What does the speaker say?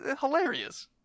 hilarious